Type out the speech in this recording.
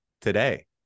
today